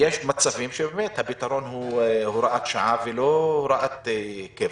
יש מצבים שבהם הפתרון הוא הוראת שעה ולא הוראת קבע.